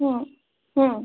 হুম হুম